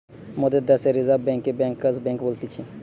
মোদের দ্যাশে রিজার্ভ বেঙ্ককে ব্যাঙ্কার্স বেঙ্ক বলতিছে